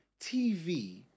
TV